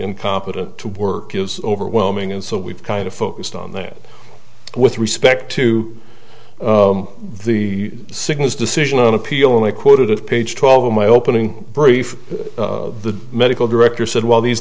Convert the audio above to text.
incompetent to work is overwhelming and so we've kind of focused on that with respect to the cygnus decision on appeal and i quoted at page twelve of my opening brief the medical director said while these